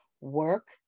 work